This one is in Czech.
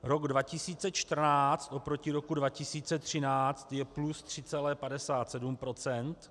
Rok 2014 oproti roku 2013 je plus 3,57 %.